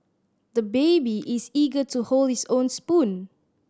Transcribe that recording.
the baby is eager to hold his own spoon